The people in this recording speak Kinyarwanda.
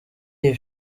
iyi